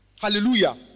Hallelujah